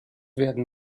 werden